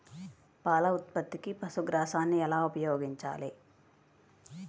పాల ఉత్పత్తికి పశుగ్రాసాన్ని ఎలా ఉపయోగించాలి?